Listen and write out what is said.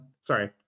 Sorry